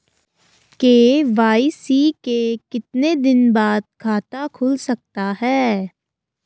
KYC के कितने दिन बाद खाता खुल सकता है?